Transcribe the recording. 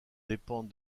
dépendent